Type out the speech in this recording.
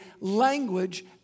language